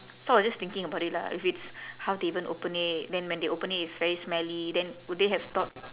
so I was just thinking about it lah if it's how they even open it then when they open it it's very smelly then would they have thought